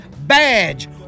Badge